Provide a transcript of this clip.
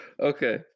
Okay